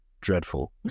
dreadful